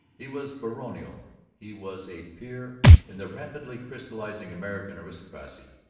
he was baronial he was a peer in the rapidly crystallizing american aristocracy,